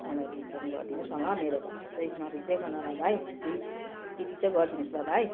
मलाई रिटर्न गरिदिनु होस् न ल मेरो भाडा चाहिँ नरिसाइकन ल भाइ प्लिज यति चाहिँ गरिदिनु होस् ल भाइ